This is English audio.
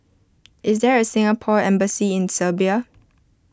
is there a Singapore Embassy in Serbia